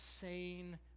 sane